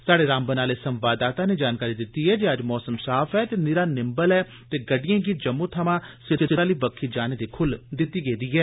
स्हाढ़े रामबन आले संवाददाता नै जानकारी दित्ती ऐ जे अज्ज मौसम साफ ते निरा निम्बल ऐ ते गड्डिएं गी जम्मू थमां श्रीनगर आली बक्खी जाने दी खुल्ल दित्ती गेदी ऐ